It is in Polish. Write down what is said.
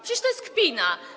Przecież to jest kpina.